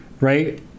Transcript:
right